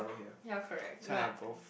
ya correct no